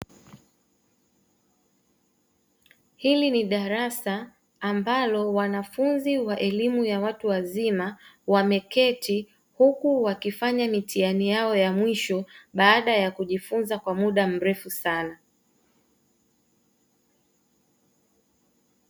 Hili ni darasa ambalo wanafunzi wa elimu ya watu wazima wameketi, huku wakifanya mitihani yao ya mwisho baada ya kujifunza kwa muda mrefu sana.